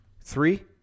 three